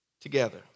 together